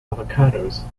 avocados